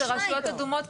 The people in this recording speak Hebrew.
אלה רשויות אדומות,